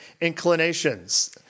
inclinations